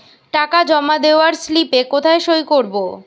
টাকা জমা দেওয়ার স্লিপে কোথায় সই করব?